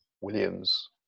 Williams